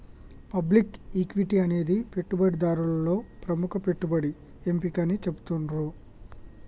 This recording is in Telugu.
పబ్లిక్ ఈక్విటీ అనేది పెట్టుబడిదారులలో ప్రముఖ పెట్టుబడి ఎంపిక అని చెబుతున్నరు